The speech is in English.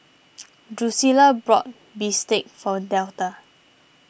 Drucilla bought Bistake for Delta